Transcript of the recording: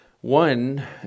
One